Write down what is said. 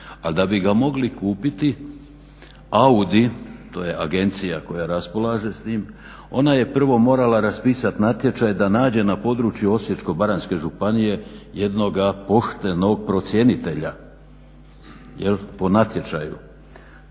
da bi ga mogli kupiti AUDI, to je agencija koja raspolaže s tim, ona je prvo morala raspisat natječaj da nađe na području Osječko-baranjske županije jednog poštenog procjenitelja po natječaju.